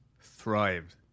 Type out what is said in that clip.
thrived